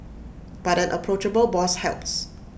but an approachable boss helps